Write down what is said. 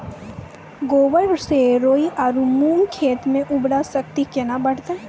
गोबर से राई आरु मूंग खेत के उर्वरा शक्ति केना बढते?